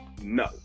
no